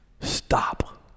Stop